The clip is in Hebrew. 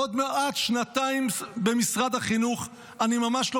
עוד מעט שנתיים במשרד החינוך ואני ממש לא